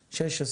16,